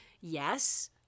Yes